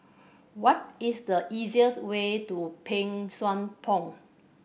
what is the easiest way to Pang Sua Pond